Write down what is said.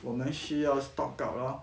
我们需要 stock up loh